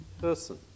person